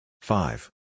Five